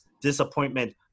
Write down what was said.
disappointment